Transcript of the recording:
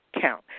count